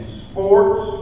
sports